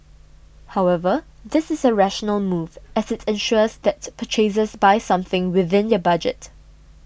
however this is a rational move as it ensures that purchasers buy something within their budget